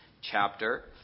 chapter